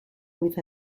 with